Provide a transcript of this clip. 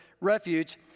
refuge